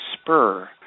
spur